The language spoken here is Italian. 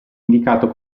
indicato